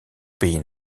pays